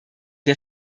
der